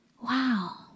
Wow